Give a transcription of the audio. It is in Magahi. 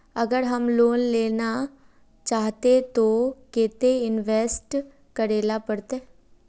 अगर हम लोन लेना चाहते तो केते इंवेस्ट करेला पड़ते?